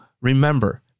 remember